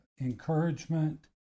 Encouragement